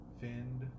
finned